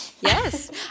Yes